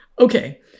Okay